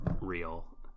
real